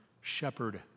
shepherd